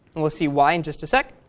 and we'll see why in just a sec.